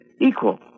equal